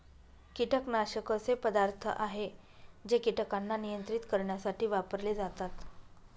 कीटकनाशक असे पदार्थ आहे जे कीटकांना नियंत्रित करण्यासाठी वापरले जातात